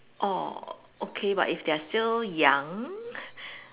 orh okay but if they're still young